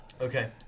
Okay